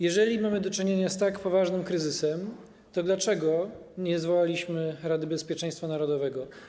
Jeżeli mamy do czynienia z tak poważnym kryzysem, to dlaczego nie zwołaliśmy Rady Bezpieczeństwa Narodowego?